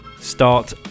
Start